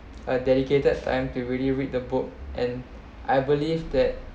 a dedicated time to really read the book and I believe that